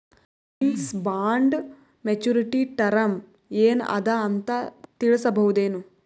Savings bond maturity term ಏನ ಅದ ಅಂತ ತಿಳಸಬಹುದೇನು?